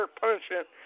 punishment